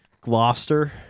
Gloucester